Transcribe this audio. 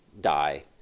die